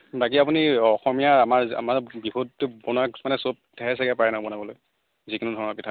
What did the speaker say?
বাকী আপুনি অসমীয়াৰ আমাৰ আমাৰ বিহুত বনোৱা কিছুমানে চব পিঠাই চাগে পাৰে ন বনাবলৈ যিকোনো ধৰণৰ পিঠা